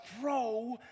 throw